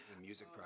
music